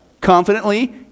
Confidently